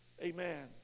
Amen